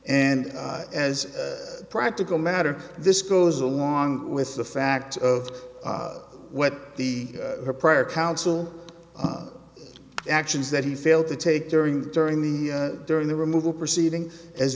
and as a practical matter this goes along with the fact of what the prior council actions that he failed to take during during the during the removal proceedings as